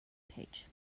page